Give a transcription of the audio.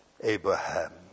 Abraham